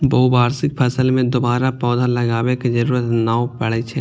बहुवार्षिक फसल मे दोबारा पौधा लगाबै के जरूरत नै पड़ै छै